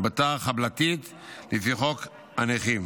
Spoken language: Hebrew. בתר-חבלתית לפי חוק הנכים,